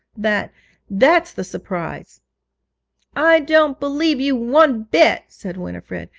that that's the surprise i don't believe you one bit said winifred.